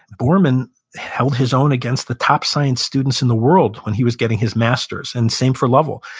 borman held his own against the top science students in the world when he was getting his master's, and same for lovell.